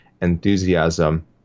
enthusiasm